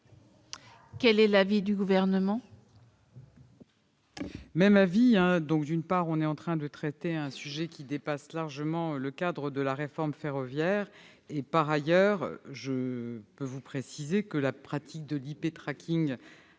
Quel est l'avis du Gouvernement ?